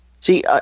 See